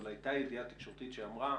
אבל הייתה ידיעה תקשורתית שאמרה